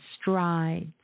strides